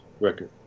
record